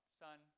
son